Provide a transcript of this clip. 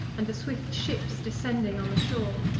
and the swift ships descending on the shore.